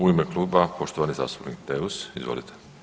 U ime kluba poštovani zastupnik Daus, izvolite.